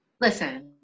Listen